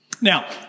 Now